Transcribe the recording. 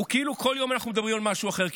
כאילו כל יום אנחנו מדברים על משהו אחר,